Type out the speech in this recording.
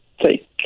take